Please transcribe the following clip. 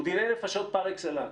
הוא דיני נפשות פר אקסלנס